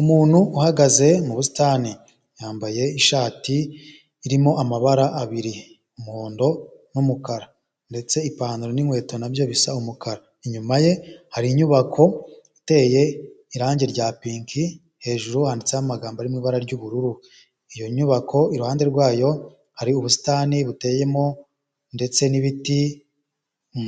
Umuntu uhagaze mu busitani, yambaye ishati irimo amabara abiri; umuhondo, n'umukara, ndetse ipantaro n'inkweto nabyo bisa umukara, inyuma ye hari inyubako iteye irangi rya pinki hejuru ditseho amagambo arimo ibara ry'ubururu, iyo nyubako iruhande rwayo hari ubusitani buteyemo, ndetse n'ibiti